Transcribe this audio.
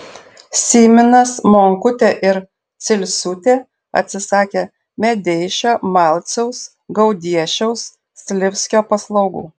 syminas monkutė ir cilciūtė atsisakė medeišio malciaus gaudiešiaus slivskio paslaugų